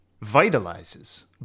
Vitalizes